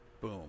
Boom